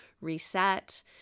reset